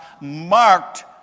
marked